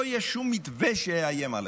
לא יהיה שום מתווה שיאיים עליכם.